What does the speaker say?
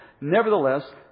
Nevertheless